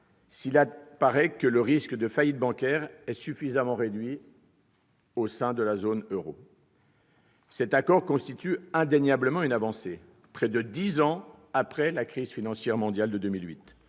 s'il apparaît que le risque de faillite bancaire est suffisamment réduit au sein de la zone euro. Cet accord constitue indéniablement une avancée, dix ans après la crise financière mondiale de 2008.